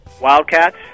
Wildcats